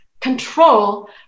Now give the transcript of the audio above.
control